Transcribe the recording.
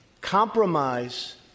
compromise